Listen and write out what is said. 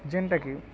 ଯେନ୍ଟାକି